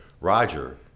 Roger